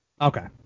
Okay